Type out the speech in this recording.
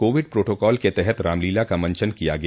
Covid protocol के तहत रामलीला का मंचन किया गया